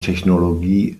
technologie